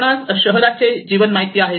आपणास शहराचे जीवन माहिती आहे